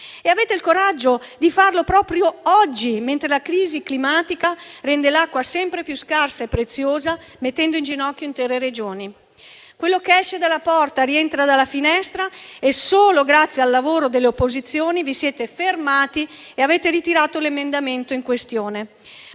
Avete il coraggio di farlo proprio oggi, mentre la crisi climatica rende l'acqua sempre più scarsa e preziosa, mettendo in ginocchio intere regioni. Quello che esce dalla porta rientra dalla finestra e solo grazie al lavoro delle opposizioni vi siete fermati e avete ritirato l'emendamento in questione.